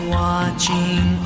watching